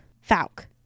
Falk